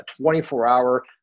24-hour